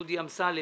דודי אמסלם,